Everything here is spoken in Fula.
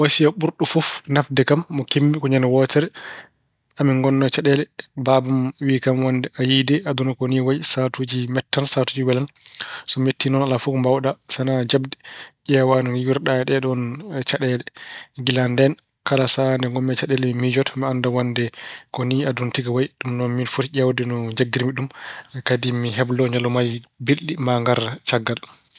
Wasiya ɓurɗo fof nafde kam mo keɓmi ko ñande wootere amin ngonnoo e caɗeele, baaba am wiy kam wonde a yiyi de aduna ko nii wayi. Sahaatuuji mettan sahaatuuji welan. So mettii ɗoon alaa fof ko mbaawɗa sana jaɓde, ƴeewa no ngiwirɗa e ɗeeɗoo caɗeele. Kila ndeen kala sahaa nde ngonmi e caɗeele mi miijoto, mi annda wonde ko ni aduna tigi wayi. Ɗum noon mbeɗa woti ƴeewde no jaggirmi ɗum. Kadi mi heblo maa ñalawmaaji belɗi maa ngar caggal.